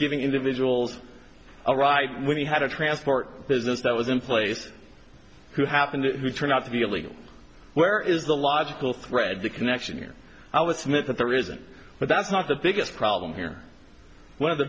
giving individuals a ride when he had a transport business that was in place who happened who turned out to be illegal where is the logical thread the connection here i would submit that there isn't but that's not the biggest problem here one of the